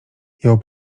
jął